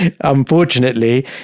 unfortunately